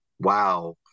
wow